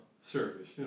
service